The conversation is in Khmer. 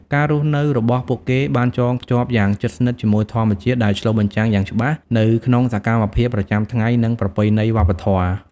ការរស់នៅរបស់ពួកគេបានចងភ្ជាប់យ៉ាងជិតស្និទ្ធជាមួយធម្មជាតិ ដែលឆ្លុះបញ្ចាំងយ៉ាងច្បាស់នៅក្នុងសកម្មភាពប្រចាំថ្ងៃ និងប្រពៃណីវប្បធម៌។